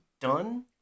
done